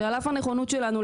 שעל אף הנכונות שלנו,